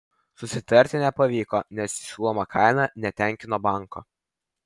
susitarti nepavyko nes siūloma kaina netenkino banko